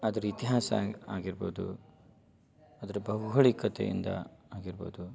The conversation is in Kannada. ಅದ್ರ ಇತಿಹಾಸ ಆಗಿರ್ಬೋದು ಅದ್ರ ಭೌಗೋಳಿಕತೆಯಿಂದ ಆಗಿರ್ಬೋದು